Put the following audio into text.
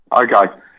Okay